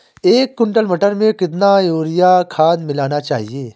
एक कुंटल मटर में कितना यूरिया खाद मिलाना चाहिए?